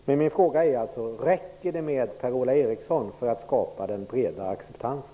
Min fråga är: Räcker det med Per-Ola Eriksson för att skapa den breda acceptansen?